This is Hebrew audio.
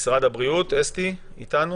אסתי ממשרד הבריאות איתנו?